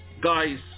guys